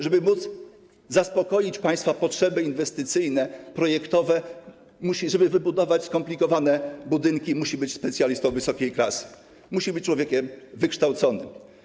Żeby móc zaspokoić państwa potrzeby inwestycyjne, projektowe, żeby wybudować skomplikowane budynki, musi być specjalistą wysokiej klasy, musi być człowiekiem wykształconym.